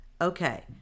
Okay